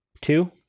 Two